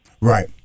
Right